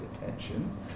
attention